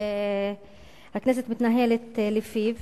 הכנסת מתנהלת לפיו,